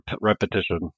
repetition